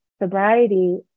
sobriety